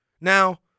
Now